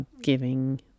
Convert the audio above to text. giving